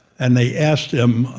and they asked him,